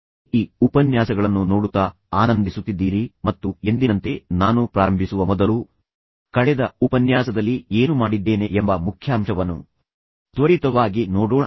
ನೀವು ಈ ಉಪನ್ಯಾಸಗಳನ್ನು ನೋಡುತ್ತಾ ಆನಂದಿಸುತ್ತಿದ್ದೀರಿ ಎಂದು ನಾನು ಭಾವಿಸುತ್ತೇನೆ ಮತ್ತು ಎಂದಿನಂತೆ ನಾನು ಪ್ರಾರಂಭಿಸುವ ಮೊದಲು ಕಳೆದ ಉಪನ್ಯಾಸದಲ್ಲಿ ನಾನು ಏನು ಮಾಡಿದ್ದೇನೆ ಎಂಬ ಮುಖ್ಯಾಂಶವನ್ನು ತ್ವರಿತವಾಗಿ ನೋಡೋಣ